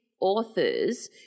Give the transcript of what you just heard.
authors